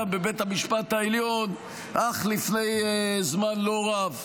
בבית המשפט העליון אך לפני זמן לא רב.